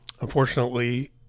Unfortunately